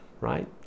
right